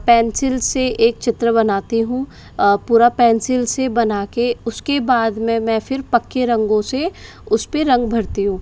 pencil से एक चित्र बनाती हूँ पूरा पेंसिल से बनाके उसके बाद में मैं फिर पक्के रंगो से उसपे रंग भरती हूँ